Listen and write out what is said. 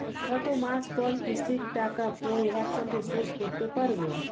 কত মাস পর কিস্তির টাকা পড়ে একসাথে শোধ করতে পারবো?